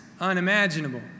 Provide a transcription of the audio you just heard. unimaginable